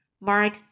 Mark